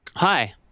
Hi